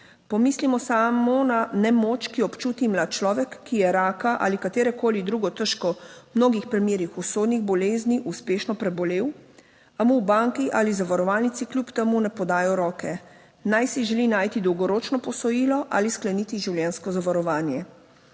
Pomislimo samo na nemoč, ki jo občuti mlad človek, ki je raka ali katerokoli drugo težko, v mnogih primerih usodnih bolezni uspešno prebolel, a mu v banki ali zavarovalnici kljub temu ne podajo roke, naj si želi najti dolgoročno posojilo ali skleniti življenjsko zavarovanje.